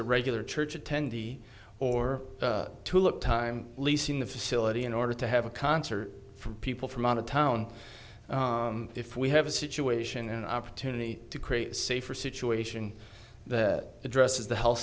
a regular church attendee or to look time leasing the facility in order to have a concert for people from out of town if we have a situation an opportunity to create a safer situation that addresses the health